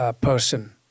person